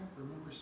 remember